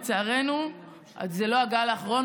לצערנו זה לא הגל האחרון,